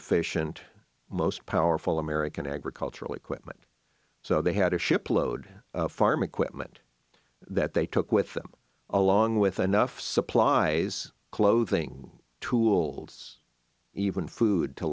efficient most powerful american agricultural equipment so they had a ship load farm equipment that they took with them along with enough supplies clothing tools even food to